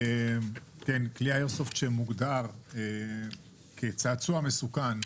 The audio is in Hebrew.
כלי האיירסופט שמוגדר כצעצוע מסוכן,